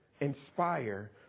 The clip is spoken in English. inspire